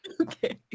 Okay